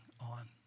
on